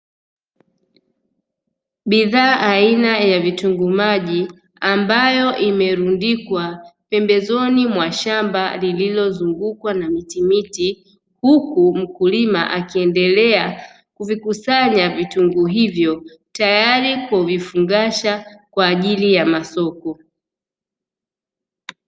Bidhaa aina ya vitunguu maji ambayo imerundikwa pembezoni mwa shamba lililozungukwa na miti miti, huku mkulima akiendelea kuvikusanya vitunguu hivyo tayari kuvifungasha kwa ajili ya masoko.